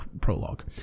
prologue